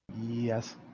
yes